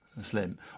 Slim